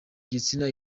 gitsina